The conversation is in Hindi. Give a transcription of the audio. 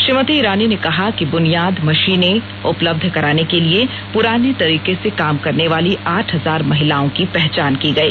श्रीमती ईरानी ने कहा कि बुनियाद मशीनें उपलब्ध कराने के लिए पुराने तरीके से काम करने वाली आठ हजार महिलाओं की पहचान की गई